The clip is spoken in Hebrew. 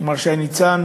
מר שי ניצן,